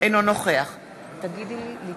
אינו נוכח אנא קראי בשם,